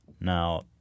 Now